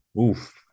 Oof